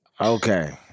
Okay